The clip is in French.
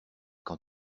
quand